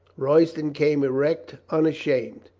royston came erect, unashamed.